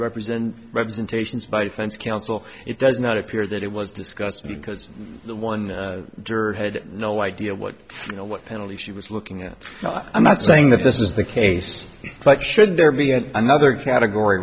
represented representations by defense counsel it does not appear that it was discussed because the one juror had no idea what you know what penalty she was looking at i'm not saying that this is the case but should there be another category